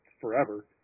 forever